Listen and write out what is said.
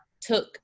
took